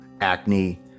acne